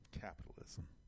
capitalism